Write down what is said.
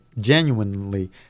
genuinely